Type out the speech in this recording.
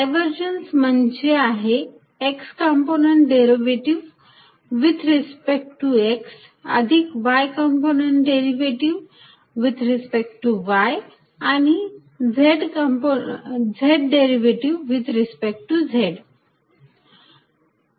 divergence म्हणजे आहे x component derivative with respect to x अधिक y component derivative with respect to y आणि z derivative with respect to z